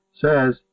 says